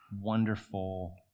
wonderful